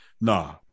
nah